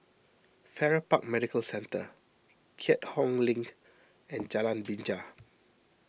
Farrer Park Medical Centre Keat Hong Link and Jalan Binja